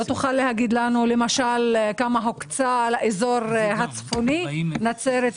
לא תוכל לומר כמה הוקצה לאזור הצפוני נצרת,